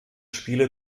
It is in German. spiele